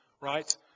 Right